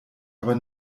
aber